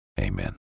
amen